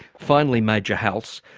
finally major halse,